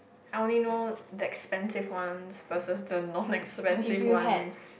I only know the expensive ones versus the non expensive ones